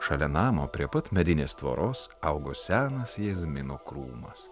šalia namo prie pat medinės tvoros augo senas jazmino krūmas